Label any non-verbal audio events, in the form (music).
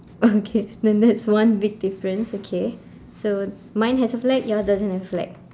oh (laughs) okay then that's one big difference okay so mine has a flag yours doesn't have a flag